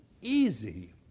easy